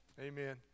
Amen